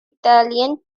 italian